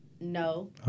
No